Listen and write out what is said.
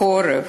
בחורף,